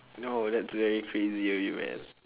no that's very crazy of you man